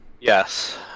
Yes